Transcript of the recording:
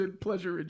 pleasure